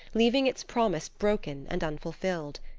leaving its promise broken and unfulfilled.